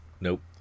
Nope